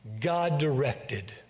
God-directed